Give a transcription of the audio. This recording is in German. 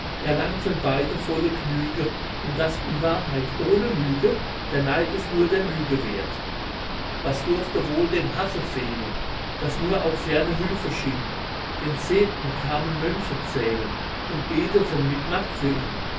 erlangten beide volle gnüge und das in wahrheit ohne lüge der neid ist nur der lüge werth was durfte wohl dem hasse fehlen das auch nur ferne hülfe schien den zehnten kamen mönche zählen und beteten mit macht für ihn